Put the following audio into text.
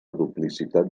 duplicitat